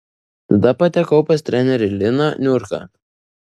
tada patekau pas trenerį liną niurką